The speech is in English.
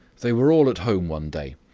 they were all at home one day.